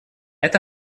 это